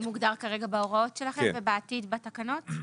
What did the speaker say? שהוא מוגדר כרגע בהוראות שלכם ובעתיד בתקנות?